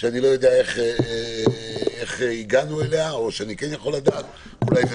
שאני לא יודע איך הגענו אליה או אני כן יכול לדעת אולי זה